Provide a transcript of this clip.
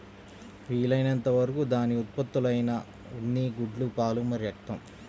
వీలైనంత వరకు దాని ఉత్పత్తులైన ఉన్ని, గుడ్లు, పాలు మరియు రక్తం